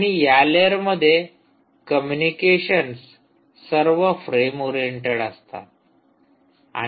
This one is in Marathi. आणि या लेयरमध्ये कम्युनिकेशन्स सर्व फ्रेम ओरिएंटेड असतात